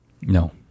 No